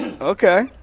Okay